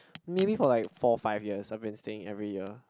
maybe for like four five years I've been staying every year